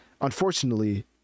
unfortunately